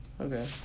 Okay